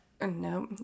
No